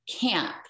camp